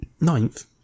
Ninth